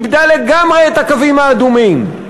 איבדה לגמרי את הקווים האדומים.